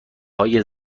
های